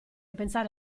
pensare